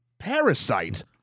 Parasite